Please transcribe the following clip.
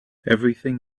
everything